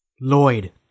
Lloyd